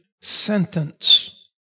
sentence